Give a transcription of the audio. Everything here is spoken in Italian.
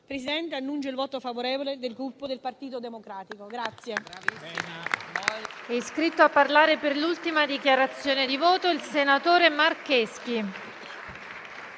Presidente, annuncio il voto favorevole del Gruppo Partito Democratico.